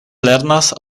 lernas